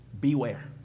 beware